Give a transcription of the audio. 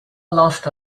lost